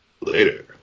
Later